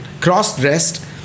cross-dressed